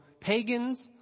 pagans